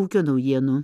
ūkio naujienų